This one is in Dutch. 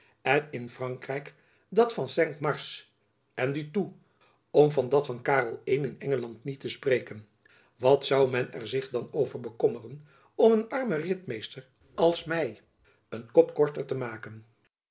en in frankrijk dat van cinq mars en du thou om van dat van karel i in engeland niet te spreken wat zoû men er zich dan over bekommeren om een armen ritmeester als my een kop korter te maken